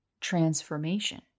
transformation